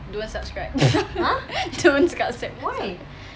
don't subscribe don't subscribe